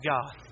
God